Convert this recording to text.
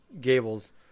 Gables